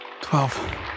twelve